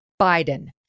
Biden